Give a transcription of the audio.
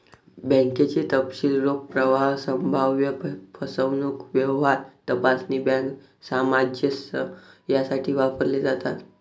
बँकेचे तपशील रोख प्रवाह, संभाव्य फसवणूक, व्यवहार तपासणी, बँक सामंजस्य यासाठी वापरले जातात